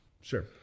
sure